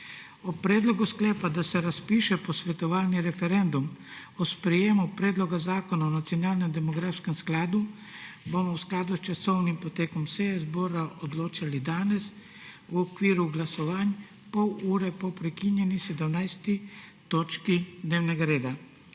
O predlogu sklepa, da se razpiše posvetovalni referendum o sprejetju Predloga zakona o nacionalnem demografskem skladu, bomo v skladu s časovnim potekom seje zbora odločali danes v okviru glasovanj, pol ure po prekinjeni 17. točki dnevnega reda.